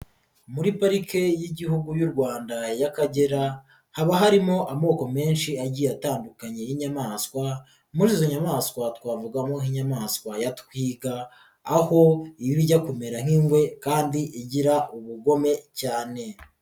Muri Parike y'Igihugu y'u Rwanda y'Akagera haba harimo amoko menshi agiye atandukanye y'inyamaswa, muri izo nyamaswa twavugamo nk'inyamaswa ya twiga, aho iba ijya kumera nk'ingwe kandi igira ubugome cyane.